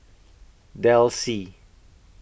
Delsey